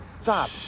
stop